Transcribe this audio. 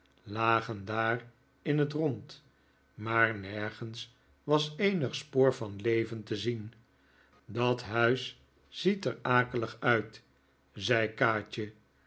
lagen daar in het rohd maar nergens was eenig spoor van leven te zien dat huis ziet er akelig uit zei kaatje